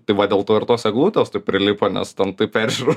tai va dėl to ir tos eglutės taip prilipo nes ten tai peržiūros